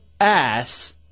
ass